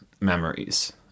memories